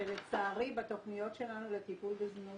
שלצערי בתוכניות שלנו לטיפול בזנות